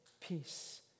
peace